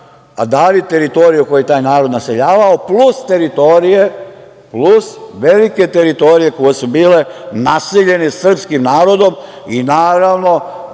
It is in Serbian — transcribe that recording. dali teritoriju koju je taj narod naseljavao, plus teritorije, velike teritorije koje su bile naseljene srpskim narodom. Naravno,